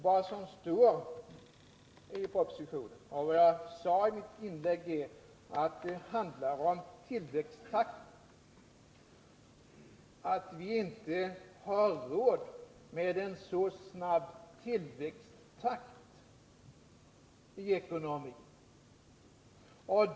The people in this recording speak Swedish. Vad som står i propositionen och vad jag sade i mitt inlägg är att det handlar om tillväxttakten — att vi inte har råd med en så snabb tillväxttakt i ekonomin.